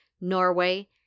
Norway